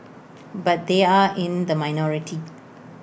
but they are in the minority